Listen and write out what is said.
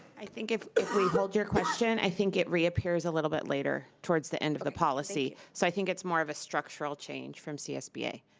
i think if we hold your question, i think it reappears a little bit later, towards the end of the policy, so i think it's more of a structural change from csba,